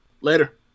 later